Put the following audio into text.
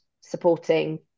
supporting